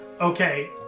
Okay